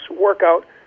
workout